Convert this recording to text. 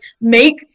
make